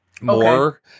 more